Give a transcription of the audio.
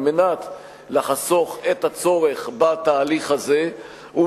על מנת לחסוך את הצורך בתהליך הזה מצד אחד,